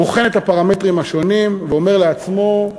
בוחן את הפרמטרים השונים ואומר לעצמו: